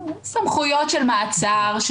סמכויות של מעצר.